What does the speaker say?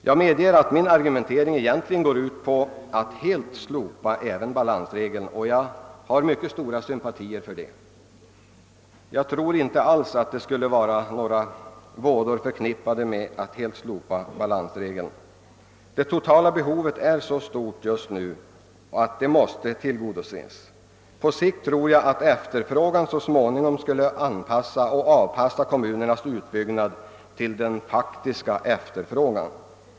Jag medger att min argumentering egentligen går ut på att balansregeln helt skall slopas. Jag har mycket stora sympatier för en sådan lösning och tror inte alls att några vådor skulle vara förknippade med ett avskaffande av regeln. Det totala behovet är så stort just nu att det måste tillgodoses. Jag tror att efterfrågan på sikt skulle leda till att kommunernas utbyggnad avpassades efter den faktiska efterfrågan.